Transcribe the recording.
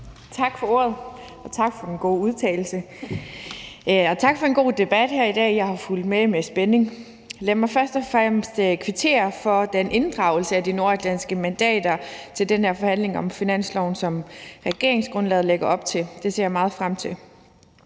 Tak for ordet – og tak for den gode udtale. Tak for en god debat her i dag. Jeg har fulgt med med spænding. Lad mig først og fremmest kvittere for den inddragelse af de nordatlantiske mandater i den her forhandling om finansloven, som regeringsgrundlaget lægger op til. Det ser jeg meget frem til.